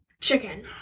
chicken